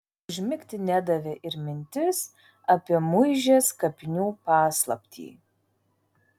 užmigti nedavė ir mintis apie muižės kapinių paslaptį